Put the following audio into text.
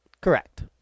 Correct